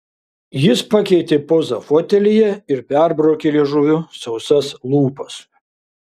jis pakeitė pozą fotelyje ir perbraukė liežuviu sausas lūpas